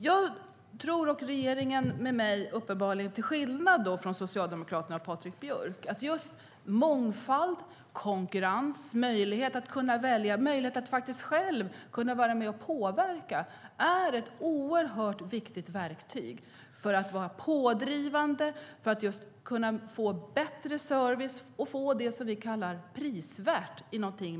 Jag och regeringen tror, uppenbarligen till skillnad från Socialdemokraterna och Patrik Björck, att just mångfald, konkurrens, möjlighet att välja och möjlighet att själv vara med och påverka är oerhört viktiga verktyg för att man ska kunna vara pådrivande, få bättre service och för att det ska bli prisvärt.